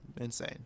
Insane